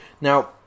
now